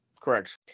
Correct